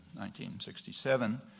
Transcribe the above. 1967